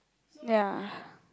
ya